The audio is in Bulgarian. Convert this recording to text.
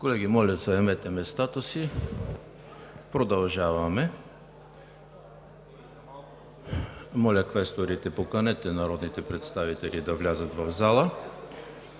Колеги, моля, заемете местата си. Продължаваме. Моля, квесторите, поканете народните представители да влязат в залата.